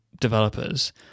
developers